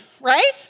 right